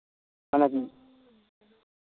ᱚᱱᱟᱜᱮ